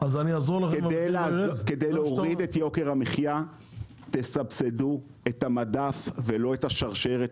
כדי להוריד את יוקר המחיה תסבסדו את המדף ולא את השרשרת.